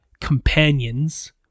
companions